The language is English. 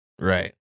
Right